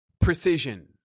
Precision